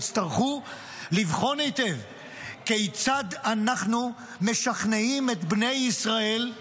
יצטרכו לבחון היטב כיצד אנחנו משכנעים את בני ישראל,